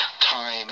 time